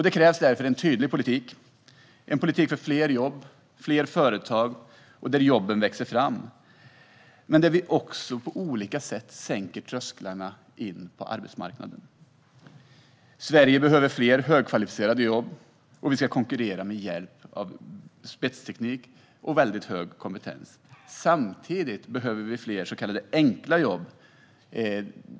Det krävs en tydlig politik för fler jobb och fler företag, där jobben växer fram samtidigt som vi också på olika sätt sänker trösklarna in till arbetsmarknaden. Sverige behöver fler högkvalificerade jobb. Vi ska konkurrera med hjälp av spetsteknik och hög kompetens. Samtidigt behöver vi fler så kallade enkla jobb.